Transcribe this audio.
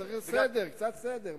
צריך סדר, קצת סדר.